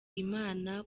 imana